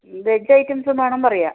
veg ഐറ്റംസും വേണം പറയുവ